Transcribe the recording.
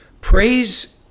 praise